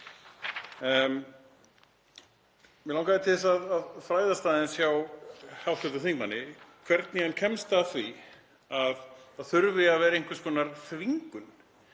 Mig langaði til þess að fræðast aðeins hjá hv. þingmanni um það hvernig hann kemst að því að það þurfi að vera einhvers konar þvingun